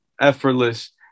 effortless